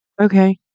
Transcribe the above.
Okay